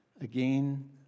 Again